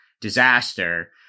disaster